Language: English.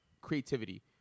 creativity